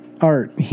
Art